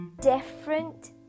different